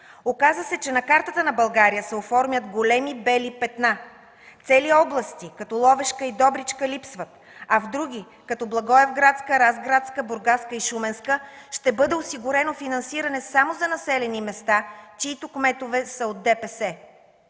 Оказа се, че на картата на България се оформят големи бели петна, цели области като Ловешка и Добричка липсват, а в други като Благоевградска, Разградска и Шуменска ще бъде осигурено финансиране само за населени места, чиито кметове са от ДПС.